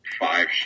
five